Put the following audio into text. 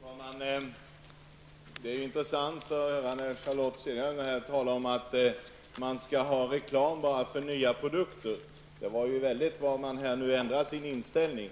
Fru talman! Det är intressant att höra Charlotte Cederschiöld tala om att man skall ha reklam bara för nya produkter. Det var väldigt vad man här ändrar sin inställning.